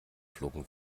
flogen